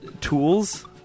tools